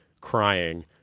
crying